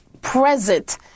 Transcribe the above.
present